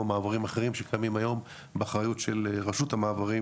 מעברים אחרים שקיימים היום באחריות של רשות המעברים,